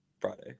Friday